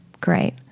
Great